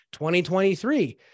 2023